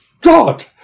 God